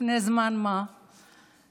לפני זמן מה וחושב